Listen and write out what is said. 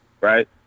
right